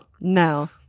No